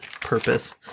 purpose